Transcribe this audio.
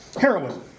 heroin